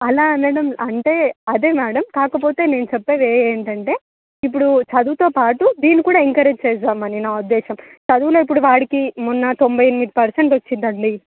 అలా అనడం అంటే అదే మ్యాడమ్ కాకపోతే నేను చెప్పేది ఏంటంటే ఇప్పుడు చదువుతో పాటు దీన్ని కూడా ఎంకరేజ్ చేద్దామని నా ఉద్దేశం చదువులో ఇప్పుడు వాడికి మొన్న తొంభై ఎనిమిది పర్సెంట్ వచ్చింది అండి